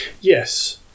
yes